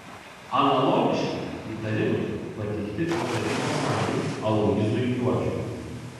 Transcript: analogiški įtarimai pateikti ir tarybos nariui aloyzui juodžiui